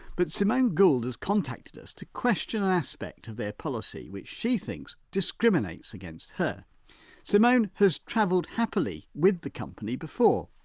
but simone gould has contacted us to question an aspect of their policy which she thinks discriminates against her simone has travelled happily with the company before,